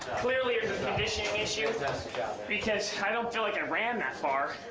clearly, it's a conditioning issue because i don't feel like i ran that far,